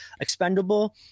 expendable